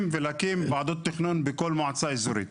ולהקים ועדות תכנון בכל מועצה אזורית,